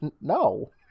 no